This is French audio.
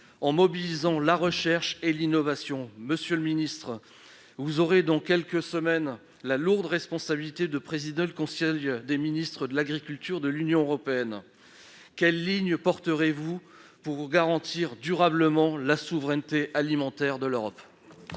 en mobilisant la recherche et l'innovation. Monsieur le ministre, vous aurez dans quelques semaines la lourde responsabilité de présider le conseil des ministres de l'agriculture de l'Union européenne. Quelle ligne défendrez-vous pour garantir durablement la souveraineté alimentaire de l'Europe ?